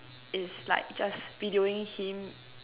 is like just videoing him